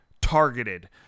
targeted